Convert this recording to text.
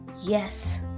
Yes